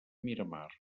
miramar